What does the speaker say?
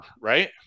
right